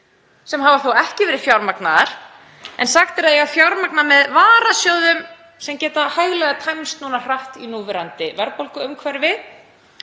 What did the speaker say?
sem hafa þó ekki verið fjármagnaðar en sagt er að eigi að fjármagna með varasjóðum sem geta hæglega tæmst hratt í núverandi verðbólguumhverfi.